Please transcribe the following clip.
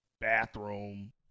bathroom